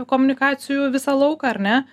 komunikacijų visą lauką ar ne